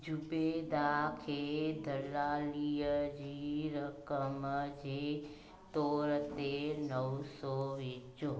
ज़ुबैदा खे दलालीअ जी रक़म जे तोरु ते नव सौ विझो